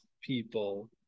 people